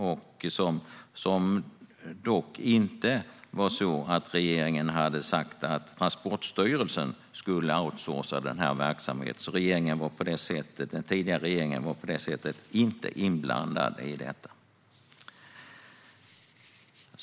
Den hade inte sagt att Transportstyrelsen skulle outsourca den här verksamheten. Den tidigare regeringen var alltså inte inblandad i detta.